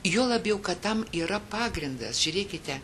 juo labiau kad tam yra pagrindas žiūrėkite